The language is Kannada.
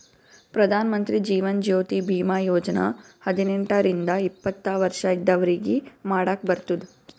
ಪ್ರಧಾನ್ ಮಂತ್ರಿ ಜೀವನ್ ಜ್ಯೋತಿ ಭೀಮಾ ಯೋಜನಾ ಹದಿನೆಂಟ ರಿಂದ ಎಪ್ಪತ್ತ ವರ್ಷ ಇದ್ದವ್ರಿಗಿ ಮಾಡಾಕ್ ಬರ್ತುದ್